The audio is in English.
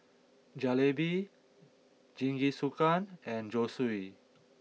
Jalebi Jingisukan and Zosui